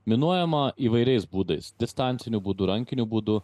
minuojama įvairiais būdais distanciniu būdu rankiniu būdu